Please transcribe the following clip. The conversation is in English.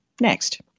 next